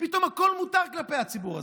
פתאום הכול מותר כלפי הציבור הזה.